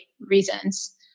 reasons